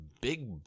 big